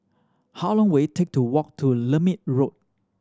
how long will it take to walk to Lermit Road